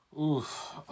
Oof